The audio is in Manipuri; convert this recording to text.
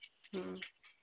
ꯎꯝ